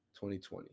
2020